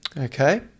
okay